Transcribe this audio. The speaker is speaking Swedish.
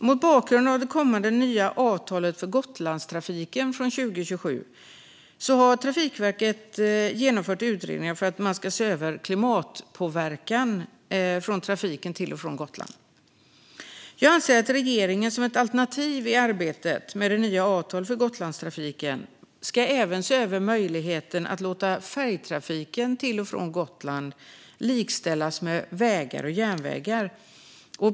Mot bakgrund av det kommande nya avtalet för Gotlandstrafiken från 2027 har Trafikverket genomfört utredningar för att se över klimatpåverkan från trafiken till och från Gotland. Jag anser att regeringen som ett alternativ i arbetet med det nya avtalet för Gotlandstrafiken även ska se över möjligheten att låta färjetrafiken till och från Gotland likställas med trafiken på vägar och järnvägar.